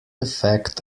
effect